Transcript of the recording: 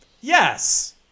Yes